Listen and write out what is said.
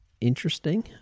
interesting